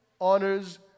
honors